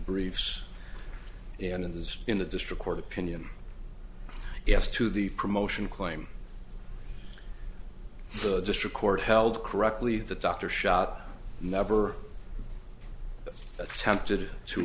briefs and in the spin the district court opinion yes to the promotion claim the district court held correctly the doctor shot never attempted to